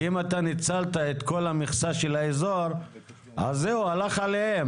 כי אם ניצלת את כל המכסה של האזור אז "הלך עליהם".